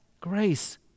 grace